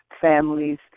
families